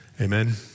Amen